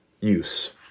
Use